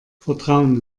vertrauen